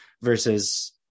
versus